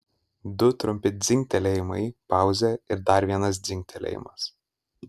du trumpi dzingtelėjimai pauzė ir dar vienas dzingtelėjimas